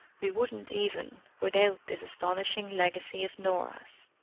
we wouldn't even without this astonishing legacy of norah's.